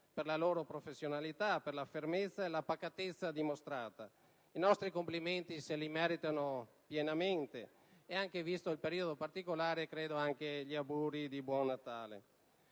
per la loro professionalità, per la fermezza e la pacatezza dimostrate. I nostri complimenti se li meritano pienamente e, visto il periodo particolare, anche gli auguri di buon Natale.